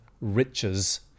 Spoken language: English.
riches